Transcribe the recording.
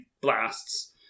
blasts